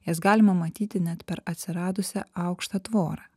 jas galima matyti net per atsiradusią aukštą tvorą